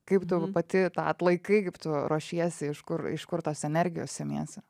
kaip tu jau pati tą atlaikai kaip tu ruošiesi iš kur iš kur tos energijos semiesi